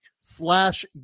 slash